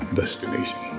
destination